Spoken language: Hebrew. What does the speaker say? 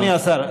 אדוני השר,